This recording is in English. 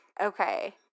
Okay